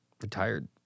Retired